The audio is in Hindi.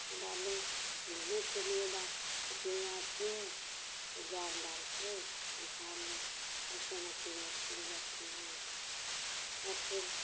दाना चुगने के लिए मछलियां आती हैं तो जाल डालते हैं निकालने और सब मछलियाँ पकड़ी जाती हैं और फिर